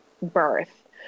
birth